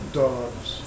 dogs